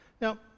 Now